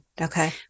okay